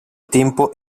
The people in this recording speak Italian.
tempo